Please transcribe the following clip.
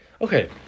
Okay